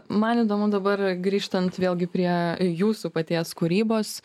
man įdomu dabar grįžtant vėlgi prie jūsų paties kūrybos